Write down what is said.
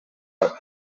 out